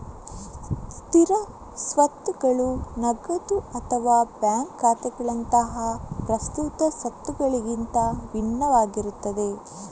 ಸ್ಥಿರ ಸ್ವತ್ತುಗಳು ನಗದು ಅಥವಾ ಬ್ಯಾಂಕ್ ಖಾತೆಗಳಂತಹ ಪ್ರಸ್ತುತ ಸ್ವತ್ತುಗಳಿಗಿಂತ ಭಿನ್ನವಾಗಿರ್ತವೆ